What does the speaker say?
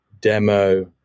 demo